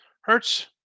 Hertz